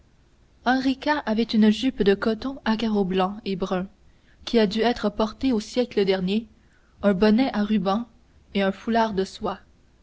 henrika avait une jupe de coton à carreaux blanc et brun qui a dû être portée au siècle dernier un bonnet à rubans et un foulard de soie